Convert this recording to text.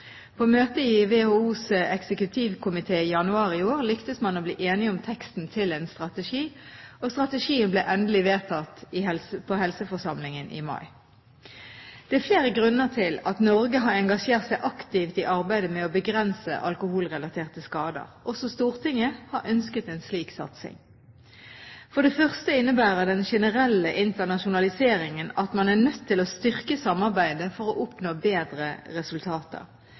På møtet i WHOs eksekutivkomité i januar i år lyktes man å bli enige om teksten til en strategi, og strategien ble endelig vedtatt på helseforsamlingen i mai. Det er flere grunner til at Norge har engasjert seg aktivt i arbeidet med å begrense alkoholrelaterte skader. Også Stortinget har ønsket en slik satsing. For det første innebærer den generelle internasjonaliseringen at man er nødt til å styrke samarbeidet for å oppnå bedre resultater.